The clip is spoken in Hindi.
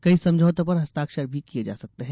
कई समझौतों पर हस्ताक्षर भी किए जा सकते हैं